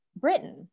Britain